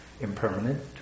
impermanent